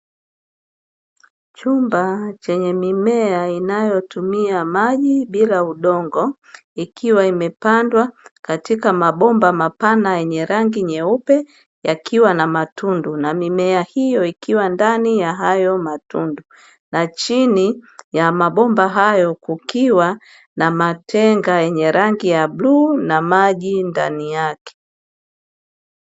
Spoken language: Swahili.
Chumba chenye mimea inayotumia maji bila udongo ikiwa imepandwa katika mabomba mapana yenye rangi nyeupe, yakiwa na matundu na mimea hiyo ikiwa ndani ya hayo matundu, na chini ya mabomba hayo kukiwa na matenga yenye rangi ya buluu na maji ndani yake.